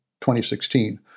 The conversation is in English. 2016